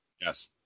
Yes